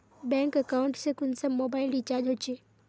Bank account से कुंसम mobile recharge होचे?